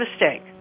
mistake